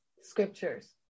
scriptures